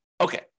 Okay